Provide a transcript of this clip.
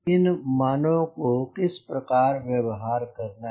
इन मानों को किस प्रकार व्यवहार करना है